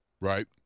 Right